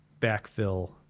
backfill